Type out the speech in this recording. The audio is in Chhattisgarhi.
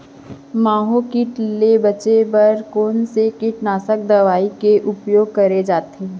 माहो किट ले बचे बर कोन से कीटनाशक दवई के उपयोग करे जाथे?